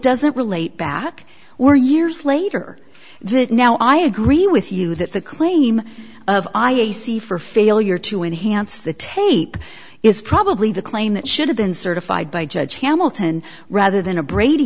doesn't relate back or years later that now i agree with you that the claim of i a c for failure to enhance the tape is probably the claim that should have been certified by judge hamilton rather than a brady